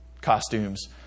costumes